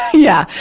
yeah.